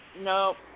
No